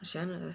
我喜欢的 leh